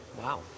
wow